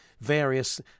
various